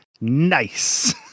nice